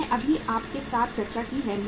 मैंने अभी आपके साथ चर्चा की है